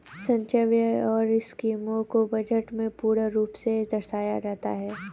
संचय व्यय और स्कीमों को बजट में पूर्ण रूप से दर्शाया जाता है